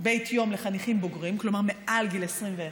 יום לחניכים בוגרים, כלומר מעל גיל 21,